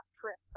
trip